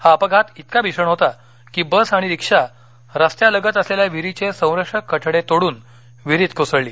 हा अपघात इतका भीषण होता की बस आणि रिक्षा रस्त्यालगत असलेल्या विहीरीचे संरक्षक कठडे तोडून विहीरीत कोसळली